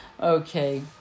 Okay